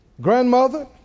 Grandmother